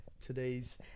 today's